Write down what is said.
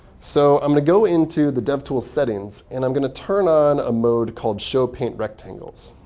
so i'm going to go into the devtools settings, and i'm going to turn on a mode called show paint rectangles.